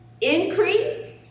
increase